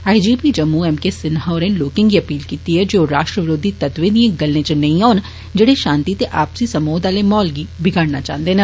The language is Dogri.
IGP Jammu M K Sinha होरें लोकें गी अपील कीती ऐ जे ओ राष्ट्र विरोधी तत्वे दिएं गल्ले च नेईं औन जेह्ड़े षांति ते आपसी समोध आले माहौल गी बिगाड़ना चांह्दे न